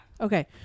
Okay